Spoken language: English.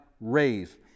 raised